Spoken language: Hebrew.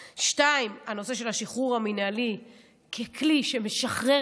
2. הנושא של השחרור המינהלי ככלי שמשחרר